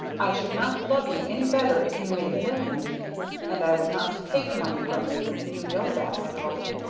i should not love you any better if you made a million and i would not take money from you you know that, i hope.